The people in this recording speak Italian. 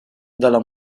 dalla